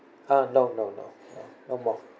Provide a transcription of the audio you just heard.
uh no no no no problem